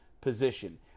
position